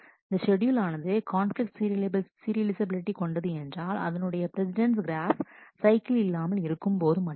இந்த ஷெட்யூல் ஆனது conflict serializability கொண்டது என்றால் அதனுடைய பிரஸிடெண்ட்ஸ் கிராஃப் சைக்கிள் இல்லாமல் இருக்கும் போது மட்டுமே